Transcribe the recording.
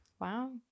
wow